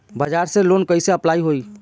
बज़ाज़ से लोन कइसे अप्लाई होई?